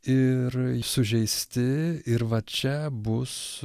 ir sužeisti ir va čia bus